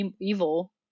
evil